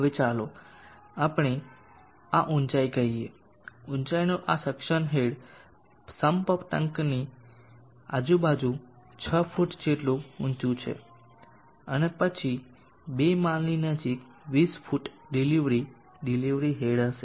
હવે ચાલો આપણે આ ઊંચાઈ કહીએ ઊંચાઇનું આ સક્શન હેડ સમ્પ ટાંકીની આજુબાજુ 6 ફુટ જેટલું ઊંચું છે અને પછી બે માળની નજીક 20 ફુટ ડિલિવરી ડિલિવરી હેડ હશે